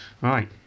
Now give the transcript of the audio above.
right